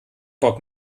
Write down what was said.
bock